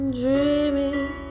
dreaming